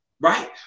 right